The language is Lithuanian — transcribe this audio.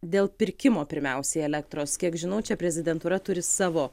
dėl pirkimo pirmiausiai elektros kiek žinau čia prezidentūra turi savo